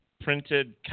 printed